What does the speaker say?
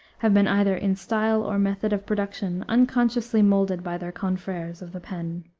have been either in style or method of production unconsciously molded by their confreres of the pen.